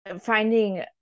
finding